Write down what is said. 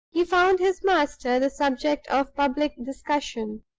he found his master the subject of public discussion.